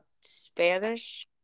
Spanish